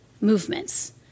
movements